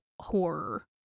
horror